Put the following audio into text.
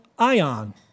Ion